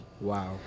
Wow